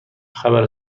خبر